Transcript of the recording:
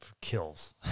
kills